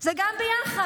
זה גם ביחד.